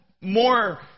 more